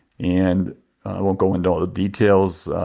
and i won't go into all the details,